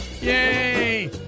Yay